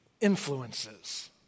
influences